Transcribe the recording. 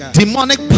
demonic